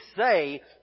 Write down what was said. say